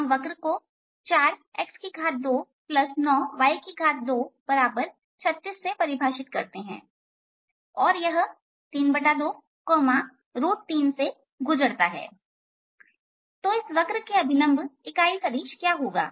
हम वक्र को 4x29y236 से परिभाषित करते हैं और यह 323 से गुजरता है तो इस वक्र के अभिलंब इकाई सदिश क्या होगा